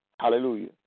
Hallelujah